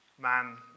man